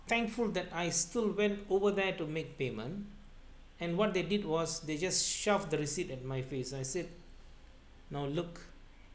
thankful that I still went over there to make payment and what they did was they just shoved the receipt at my face I said now look